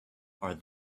are